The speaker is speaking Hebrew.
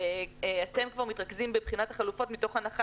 אתם כבר מתרכזים בבחינת החלופות מתוך הנחה